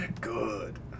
Good